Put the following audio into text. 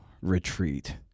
retreat